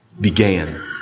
began